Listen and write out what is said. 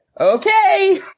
Okay